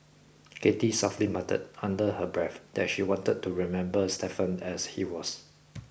Cathy softly muttered under her breath that she wanted to remember Stephen as he was